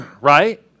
right